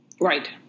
Right